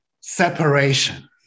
separation